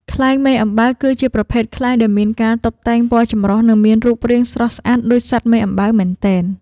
ខ្លែងមេអំបៅ គឺជាប្រភេទខ្លែងដែលមានការតុបតែងពណ៌ចម្រុះ និងមានរូបរាងស្រស់ស្អាតដូចសត្វមេអំបៅមែនទែន។